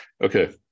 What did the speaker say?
Okay